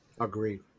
Agreed